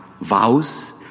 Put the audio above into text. vows